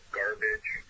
garbage